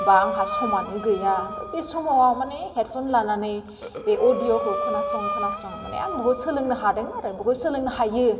बा आंहा समानो गैया बे समाव माने हेडफन लानानै बे अदिअखौ खोनासं खोनासं माने आं बुहुथ सोलोंनो होदों आरो बुहुथ सोलोंनो हायो